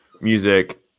music